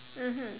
mmhmm